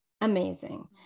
amazing